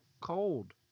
cold